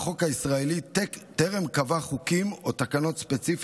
החוק הישראלי טרם קבע חוקים או תקנות ספציפיים